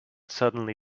suddenly